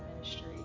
ministry